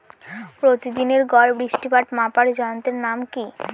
প্রতিদিনের গড় বৃষ্টিপাত মাপার যন্ত্রের নাম কি?